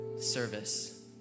service